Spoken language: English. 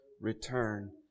return